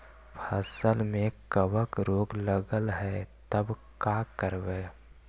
फसल में कबक रोग लगल है तब का करबै